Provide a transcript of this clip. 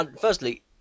firstly